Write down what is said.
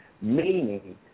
meaning